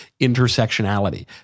intersectionality